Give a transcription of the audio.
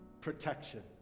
protection